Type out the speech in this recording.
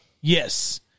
Yes